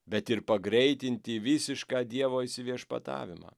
bet ir pagreitinti visišką dievo įsiviešpatavimą